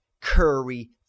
Curry